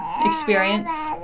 experience